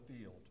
field